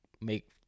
make